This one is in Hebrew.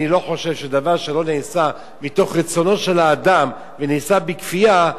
אני לא חושב שדבר שלא נעשה מתוך רצונו של האדם ונעשה בכפייה,